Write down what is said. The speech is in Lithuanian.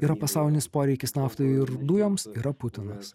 yra pasaulinis poreikis naftai ir dujoms yra putinas